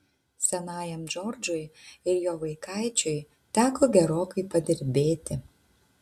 senajam džordžui ir jo vaikaičiui teko gerokai padirbėti